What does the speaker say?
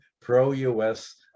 pro-US